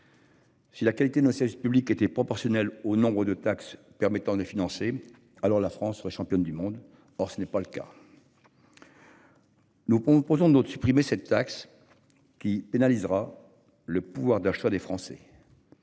Si la qualité de nos services publics était proportionnelle au nombre de taxes permettant de financer. Alors la France soit championne du monde. Or ce n'est pas le cas. Nous posons de notre supprimer cette taxe. Qui pénalisera le pouvoir d'achat des Français.